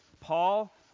Paul